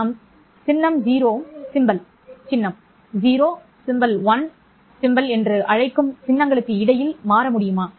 நாம் சின்னம் 0 சின்னம் 1 சின்னம் என்று அழைக்கும் சின்னங்களுக்கு இடையில் மாற முடியுமா